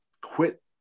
quit